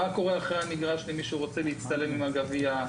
מה קורה אחרי הטקס למי שרוצה להצטלם עם הגביע.